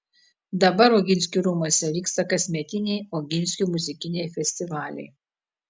dabar oginskių rūmuose vyksta kasmetiniai oginskių muzikiniai festivaliai